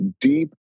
deep